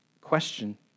question